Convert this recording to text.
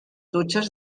dutxes